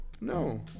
No